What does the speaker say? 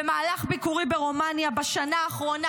במהלך ביקורי ברומניה בשנה האחרונה,